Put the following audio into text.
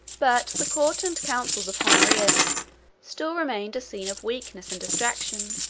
but the court and councils of honorius still remained a scene of weakness and distraction,